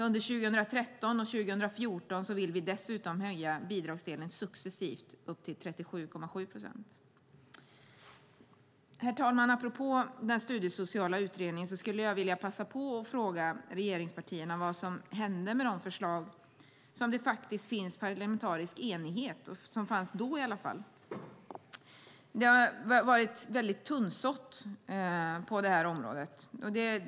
Under 2013 och 2014 vill vi dessutom successivt höja bidragsdelen till 37,7 procent. Herr talman! Apropå den studiesociala utredningen vill jag passa på att fråga regeringspartierna vad som hände med de förslag som det åtminstone då fanns parlamentarisk enighet om. Det har varit tunnsått på det här området.